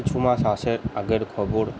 কিছু মাস আসের আগের খবর